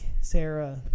Sarah